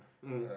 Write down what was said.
mm